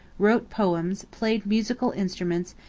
wrote poems, played musical instruments,